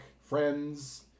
Friends